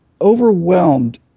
overwhelmed